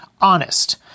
honest